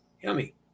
Yummy